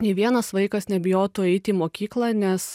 nė vienas vaikas nebijotų eiti į mokyklą nes